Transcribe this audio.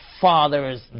fathers